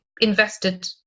invested